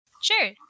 Sure